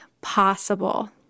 possible